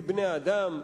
כבני-אדם,